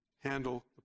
handle